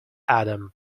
adam